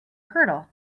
hurdle